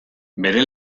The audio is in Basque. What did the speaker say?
bere